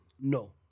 No